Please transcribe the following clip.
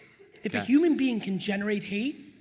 if a human being can generate hate,